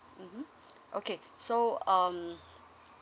mmhmm okay so um